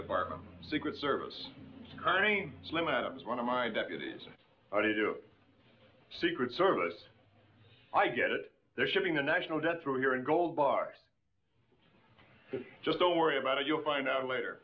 department secret service carney limit was one of my deputies to do secret service i get it they're shipping the national debt through here in gold bars just don't worry about it you'll find out later